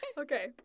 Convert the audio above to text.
Okay